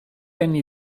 anni